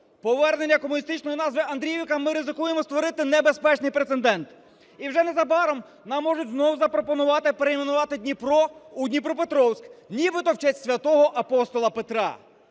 поверненням комуністичної назви Андріївка ми ризикуємо створити небезпечний прецедент, і вже незабаром нам можуть знову запропонувати перейменувати Дніпро у Дніпропетровськ нібито в честь Святого Апостола Петра.